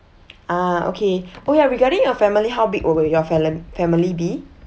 ah okay well oh ya regarding your family how big will your fami~ family be